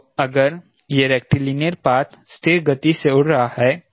तो अगर यह रेक्टिलिनियर पाथ स्थिर गति से उड़ रहा है